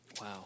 Wow